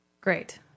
great